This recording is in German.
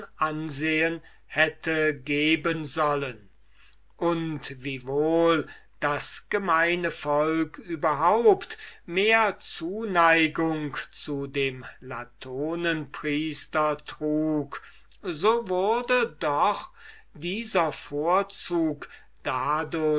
ansehen gegeben haben sollte und wiewohl das gemeine volk überhaupt mehr zuneigung zu dem latonenpriester trug so wurde doch dieser vorzug